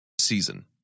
season